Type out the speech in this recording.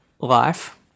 life